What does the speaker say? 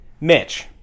Mitch